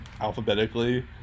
alphabetically